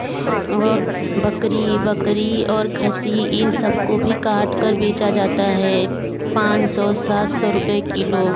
और बकरी बकरी और खस्सी इन सबको भी काट कर बेचा जाता है पाँच सौ सात सौ रुपए किलो